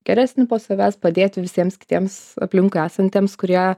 geresnį po savęs padėti visiems kitiems aplinkui esantiems kurie